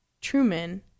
Truman